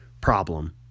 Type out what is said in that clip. problem